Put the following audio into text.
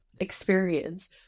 Experience